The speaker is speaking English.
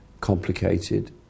complicated